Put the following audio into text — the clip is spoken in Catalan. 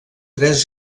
tres